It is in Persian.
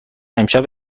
امشب